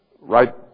right